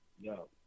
yo